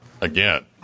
again